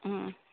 ହଁ